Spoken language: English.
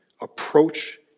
Approach